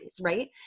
right